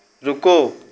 रुको